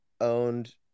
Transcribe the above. owned